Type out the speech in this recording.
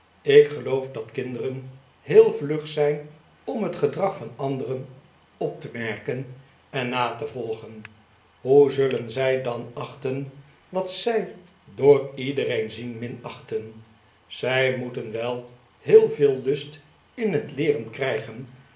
ik geloof dat kinderen heel vlug zijn om het gedrag van anderen op te merken en na te volgen hoe zullen zij dan achten wait zij door iedereen zien minachten zij moeten wel heel veel lust in het leeren krijgen